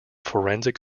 forensic